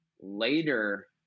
later